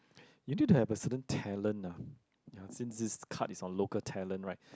you need to have to have a certain talent lah ya since this car is a local talent right